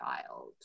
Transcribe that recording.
child